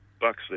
bucks